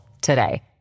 today